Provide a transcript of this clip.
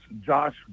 Josh